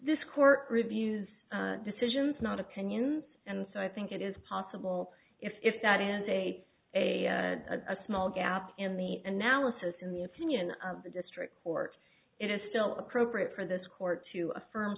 this court reviews decisions not opinions and so i think it is possible if that is a a a small gap in the analysis in the opinion of the district court it is still appropriate for this court to